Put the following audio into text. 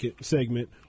segment